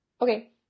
Okay